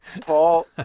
Paul